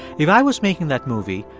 if i was making that movie,